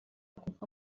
kuko